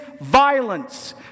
violence